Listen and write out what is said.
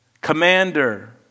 commander